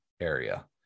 area